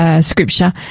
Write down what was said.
Scripture